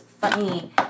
funny